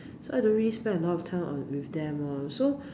so I don't really spend a lot of time o~ with them loh so